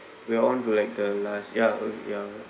we're on to like the last ya uh ya